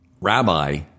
rabbi